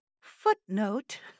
footnote